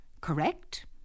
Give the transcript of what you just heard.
Correct